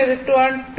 அது 2198